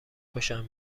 خوشم